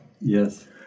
Yes